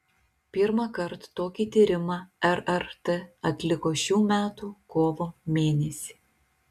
pirmąkart tokį tyrimą rrt atliko šių metų kovo mėnesį